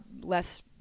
less